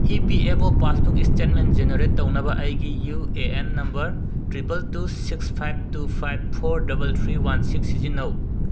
E P F O passbook statement generate ꯇꯧꯅꯕ ꯑꯩꯒꯤ U A N number triple two six five two five four double three one six ꯁꯤꯖꯤꯟꯅꯧ